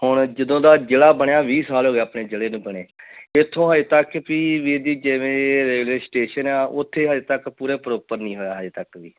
ਹੁਣ ਜਦੋਂ ਦਾ ਜ਼ਿਲ੍ਹਾ ਬਣਿਆ ਵੀਹ ਸਾਲ ਹੋ ਗਏ ਆਪਣੇ ਜ਼ਿਲ੍ਹੇ ਨੂੰ ਬਣੇ ਇੱਥੋਂ ਹਜੇ ਤੱਕ ਕਿ ਵੀਰ ਜੀ ਜਿਵੇਂ ਰੇਲਵੇ ਸਟੇਸ਼ਨ ਹੈ ਉੱਥੇ ਹਜੇ ਤੱਕ ਪੂਰੇ ਪ੍ਰੋਪਰ ਨਹੀਂ ਹੋਇਆ ਹਜੇ ਤੱਕ ਵੀ